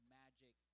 magic